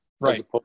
right